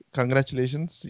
Congratulations